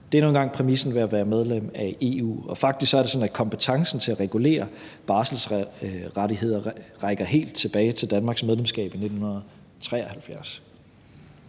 Det er nu engang præmissen for at være medlem af EU, og faktisk er det sådan, at kompetencen til at regulere barselsrettigheder rækker helt tilbage til Danmarks medlemskab i 1973.